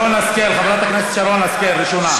חברת הכנסת שרון השכל ראשונה.